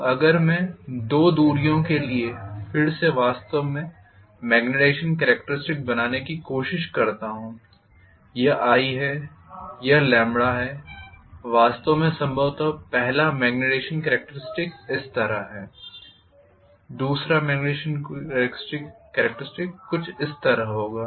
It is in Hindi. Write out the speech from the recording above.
तो अगर मैं दो दूरियों के लिए फिर से वास्तव में मेग्नेटाईज़ेशन कॅरेक्टरिस्टिक्स बनाने की कोशिश करता हूं यह i है यह है वास्तव में संभवत पहला मेग्नेटाईज़ेशन कॅरेक्टरिस्टिक्स इस तरह है दूसरा मेग्नेटाईज़ेशन कॅरेक्टरिस्टिक्स कुछ इस तरह होगा